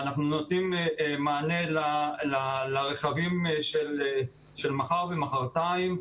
אנחנו נותנים מענה לרכבים של מחר ומוחרתיים.